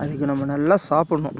அதுக்கு நம்ம நல்லா சாப்பிட்ணும்